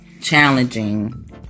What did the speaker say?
challenging